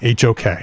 HOK